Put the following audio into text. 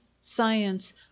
science